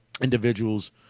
individuals